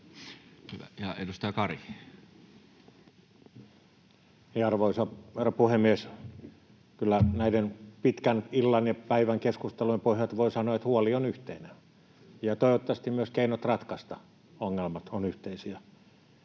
Arvoisa herra varapuhemies! Kyllä näiden pitkän illan ja päivän keskustelujen pohjalta voi sanoa, että huoli on yhteinen, ja toivottavasti myös keinot ratkaista ongelmat ovat yhteisiä.